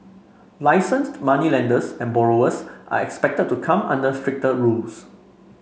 licensed moneylenders and borrowers are expected to come under stricter rules